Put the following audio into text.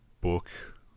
book